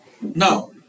Now